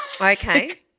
Okay